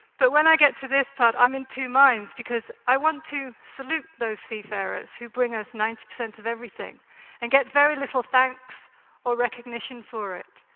but when i get to this part, i'm in two minds, because i want to salute those seafarers who bring us ninety percent of everything and get very little thanks or recognition for it.